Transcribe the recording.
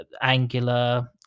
Angular